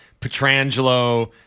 Petrangelo